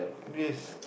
yes